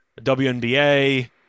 wnba